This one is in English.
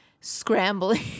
scrambling